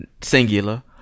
Singular